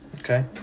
Okay